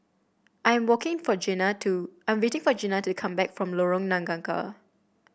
I am walking for Jena to I am waiting for Jena to come back from Lorong Nangka